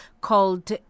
called